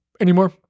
anymore